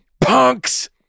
punks